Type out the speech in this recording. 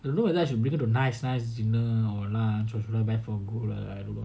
I don't know whether I should bring it to a nice nice dinner or lunch or should I buy for her gold I don't know